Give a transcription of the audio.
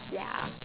ya